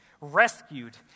rescued